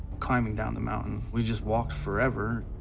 climbing down the mountain, we just walked forever,